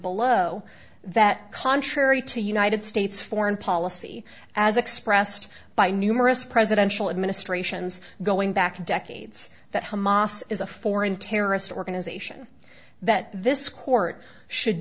below that contrary to united states foreign policy as expressed by numerous presidential administrations going back decades that hamas is a foreign terrorist organization that this court should